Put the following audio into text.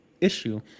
issue